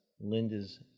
Linda's